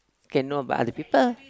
cannot by other people